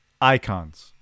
icons